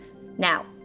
Now